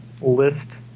list